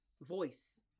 voice